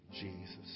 Jesus